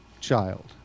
child